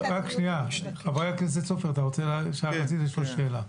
חבר הכנסת סופר, רצית לשאול שאלה.